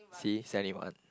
see seventy one